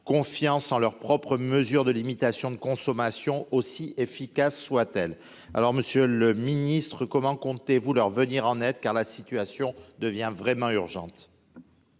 confiance à leurs propres mesures de limitation de la consommation, aussi efficaces soient-elles. Dès lors, monsieur le ministre, comment comptez-vous leur venir en aide, car la situation devient urgente ?